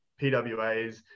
PWAs